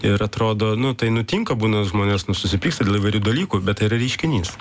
ir atrodo nu tai nutinka būna žmonės nu susipyksta dėl įvairių dalykų bet tai yra reiškinys